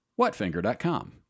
WhatFinger.com